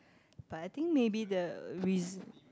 but I think maybe the reason